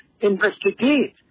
investigate